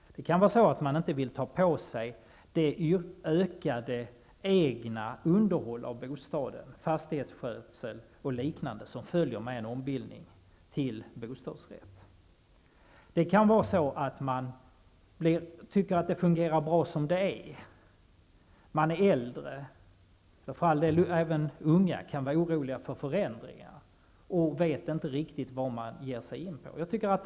De vill kanske inte ta på sig det ökade egna underhåll av bostaden, fastighetsskötsel och liknande som följer med en ombildning till bostadsrätt. De tycker kanske att det fungerar bra som det är. Det kan gälla äldre människor, men även unga människor kan vara oroliga för förändringar. De vet inte riktigt vad de ger sig inpå.